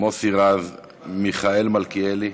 מוסי רז, מיכאל מלכיאלי,